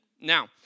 Now